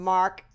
Mark